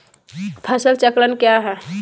फसल चक्रण क्या है?